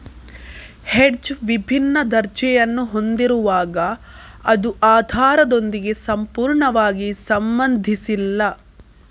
hedge ವಿಭಿನ್ನ ದರ್ಜೆಯನ್ನು ಹೊಂದಿರುವಾಗ ಅದು ಆಧಾರದೊಂದಿಗೆ ಸಂಪೂರ್ಣವಾಗಿ ಸಂಬಂಧಿಸಿಲ್ಲ